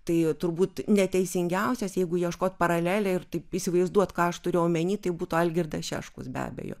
tai turbūt neteisingiausias jeigu ieškot paralelę ir taip įsivaizduoti ką aš turiu omeny tai būtų algirdas šeškus be abejo